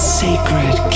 sacred